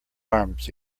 arms